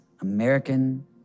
American